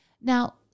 Now